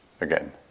again